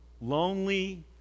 lonely